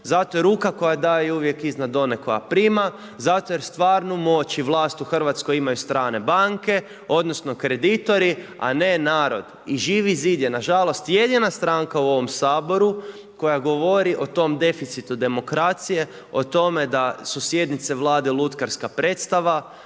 zato jer ruka koja daje uvijek iznad one koja prima, zato jer stvarnu moć i vlast u Hrvatskoj imaju strane banke odnosno kreditori a ne narod. I Živi zid je nažalost jedina stranka u ovom Saboru koja govori o tom deficitu demokracije, tome da su sjednice Vlade lutkarska predstava,